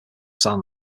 signed